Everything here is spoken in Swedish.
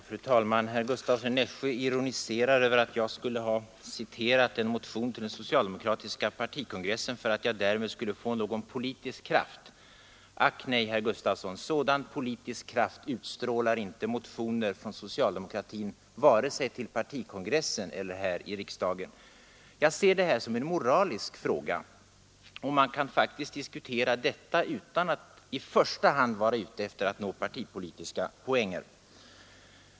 Fru talman! Herr Gustavsson i Nässjö ironiserar över att jag skulle ha citerat en motion till den socialdemokratiska partikongressen för att jag därmed skulle få någon politisk kraft. Ack nej, herr Gustavsson, sådan politisk kraft utstrålar inte motioner från socialdemokrater vare sig på partikongressen eller här i riksdagen. Jag ser detta som en moralisk fråga — och man kan faktiskt diskutera detta utan att i första hand vara ute efter att nå partipolitiska poänger.